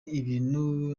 ibintu